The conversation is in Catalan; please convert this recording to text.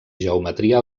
geometria